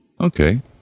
okay